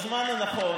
בזמן הנכון,